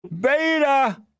beta